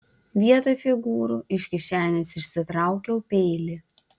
vietoj figūrų iš kišenės išsitraukiau peilį